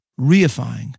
reifying